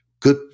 Good